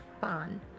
fun